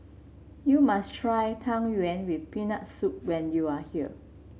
you must try Tang Yuen with Peanut Soup when you are here